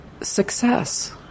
success